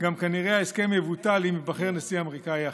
כנראה ההסכם גם יבוטל אם ייבחר נשיא אמריקאי אחר.